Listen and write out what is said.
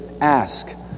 ask